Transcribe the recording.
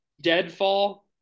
deadfall